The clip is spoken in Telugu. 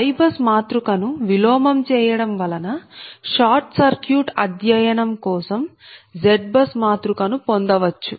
YBUS మాతృక ను విలోమం చేయడం వలన షార్ట్ సర్క్యూట్ అధ్యయనం కోసం ZBUS మాతృక ను పొందవచ్చు